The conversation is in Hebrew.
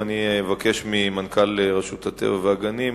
ואבקש ממנכ"ל רשות הטבע והגנים,